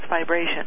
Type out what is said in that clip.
vibration